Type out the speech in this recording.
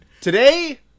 Today